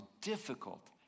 difficult